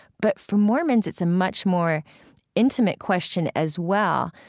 but for mormons, it's a much more intimate question as well